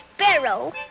Sparrow